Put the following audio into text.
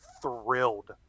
thrilled